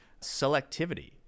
selectivity